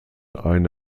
eine